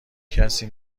کسی